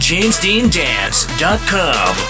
JamesDeanDance.com